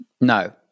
No